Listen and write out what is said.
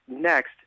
next